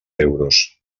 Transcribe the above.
euros